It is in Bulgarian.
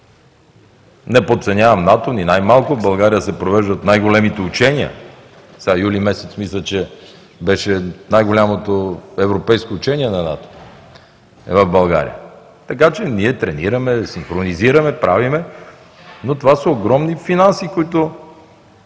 Не подценявам НАТО, ни най-малко. В България се провеждат най-големите учения. Сега през месец юли, мисля, че беше най-голямото европейско учение на НАТО в България. Така че ние тренираме, синхронизираме, правим, но това са огромни финанси, които